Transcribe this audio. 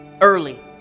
early